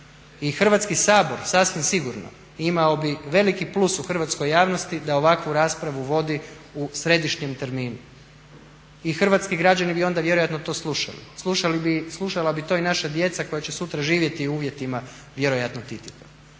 I Hrvatski sabor, sasvim sigurno imao bi veliki plus u hrvatskoj javnosti da ovakvu raspravu vodi u središnjem terminu. I hrvatski građani bi onda vjerojatno to slušali. Slušala bi to i naša djeca koja će sutra živjeti u uvjetima vjerojatno TTIP-a.